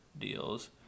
deals